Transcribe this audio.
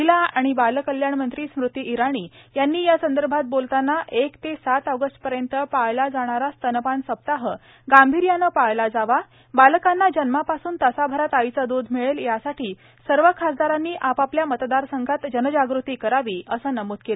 महिला आणि बालकल्याण मंत्री स्मृती इराणी यांनी यासंदर्भात बोलताना एक ते सात ऑगस्टपर्यंत पाळला जाणारा स्तनपान सप्ताह गांभीर्यान पाळला जावा बालकांना जन्मापासून तासाभरात आईचं दूध मिळेल यासाठी सर्व खासदारांनी आपापल्या मतदारसंघात जनजागृती करावी असं नमूद केलं